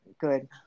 good